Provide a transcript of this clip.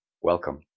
Welcome